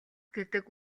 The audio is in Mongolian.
гэдэг